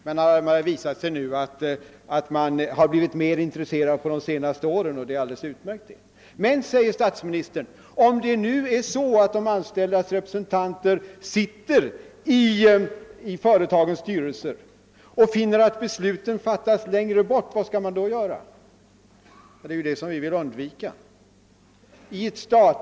Det har nu visat sig att man blivit mer intresserad under de senaste åren och det är alldeles utmärkt. Men, säger statsministern, om de anställdas representanter nu sitter i företagsstyrelser och finner att besluten fattas längre bort, vad skall man då göra? Det är just detta som vi vill undvika.